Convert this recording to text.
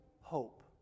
hope